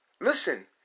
Listen